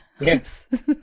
Yes